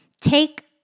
take